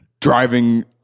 driving